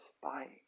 spying